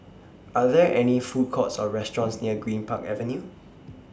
Are There any Food Courts Or restaurants near Greenpark Avenue